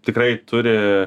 tikrai turi